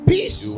Peace